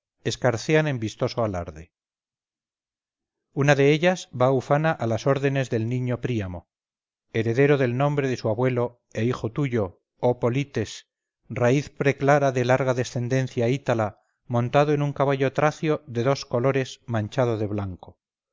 escarcean en vistoso alarde una de ellas va ufana a las órdenes del niño príamo heredero del nombre de su abuelo e hijo tuyo oh polites raíz preclara de larga descendencia ítala montado en un caballo tracio de dos colores manchado de blanco